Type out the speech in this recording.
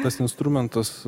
tas instrumentas